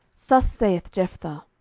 thus saith jephthah,